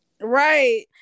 Right